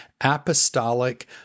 Apostolic